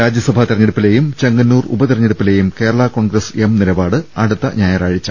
രാജ്യസഭാ തെരഞ്ഞെടുപ്പിലെയും ചെങ്ങന്നൂർ ഉപ തെരഞ്ഞെടുപ്പിലെയും കേരള കോൺഗ്രസ് എം നില പാട് അടുത്ത ഞായറാഴ്ച